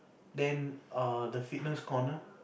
then err the fitness corner